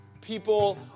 people